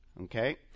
okay